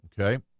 Okay